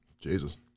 Jesus